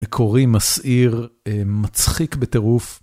קורעים מסעיר מצחיק בטירוף.